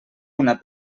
una